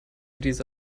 diese